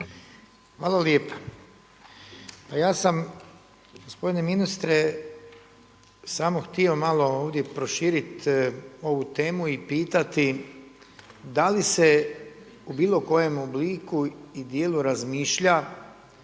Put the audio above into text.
Hvala lijepa. Pa ja sam gospodine ministre samo htio malo ovdje proširiti ovu temu i pitati da li se u bilo kojem obliku i dijelu razmišlja